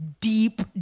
deep